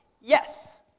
Yes